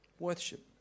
Worship